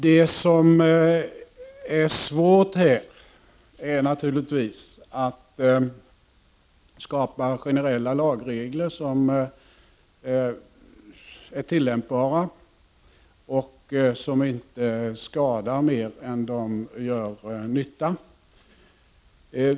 Det svåra här är naturligtvis att skapa generella lagregler som är tillämpbara och som inte skadar mer än de gör nytta.